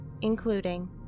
including